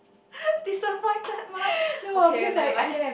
disappointed much okay never mind